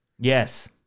Yes